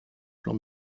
plan